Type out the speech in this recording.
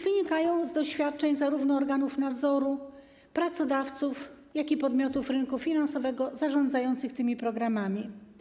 Wynikają one z doświadczeń zarówno organów nadzoru, pracodawców, jak i podmiotów rynku finansowego zarządzających tymi programami.